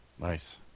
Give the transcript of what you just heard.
Nice